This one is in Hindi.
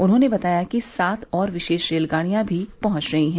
उन्होंने बताया कि सात और विशेष रेलगाड़ियां भी पहुंच रही हैं